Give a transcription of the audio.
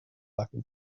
talking